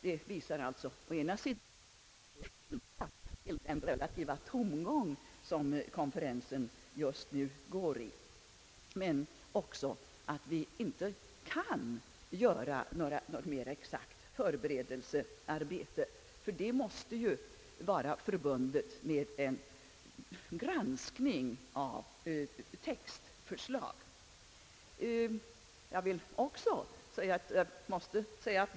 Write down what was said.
Det visar alltså å ena sidan, att vi inte är skyldiga till den relativa tomgång, som konferensen just nu går i, men å andra sidan också att vi inte kan göra något mer exakt förberedelsearbete då sådant ju måste vara förbundet med en granskning av textförslag.